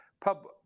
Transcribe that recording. public